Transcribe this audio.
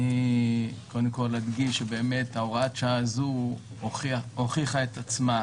אני קודם כל אדגיש שבאמת הוראת השעה הזו הוכיחה את עצמה